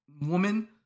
woman